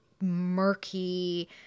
murky